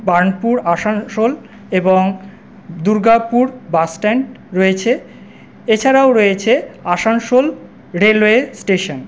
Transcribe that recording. বার্নপুর আসানসোল এবং Durgapur bus stand রয়েছে এছাড়াও রয়েছে আসানসোল রেলওয়ে স্টেশন